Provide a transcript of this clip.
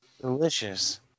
Delicious